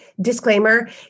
Disclaimer